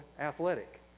athletic